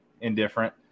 indifferent